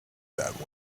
that